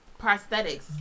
prosthetics